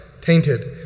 tainted